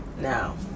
now